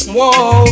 Whoa